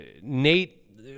Nate